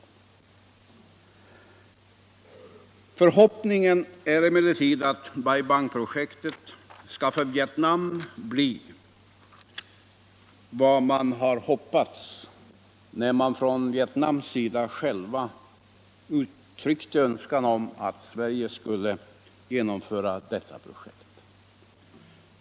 Vår förhoppning är emellertid att Bai Bang-projektet skall bli för Victnam vad man har hoppats när man från Vietnams sida själv har uttryckt en önskan om att Sverige skulle genomföra detta projekt.